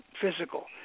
physical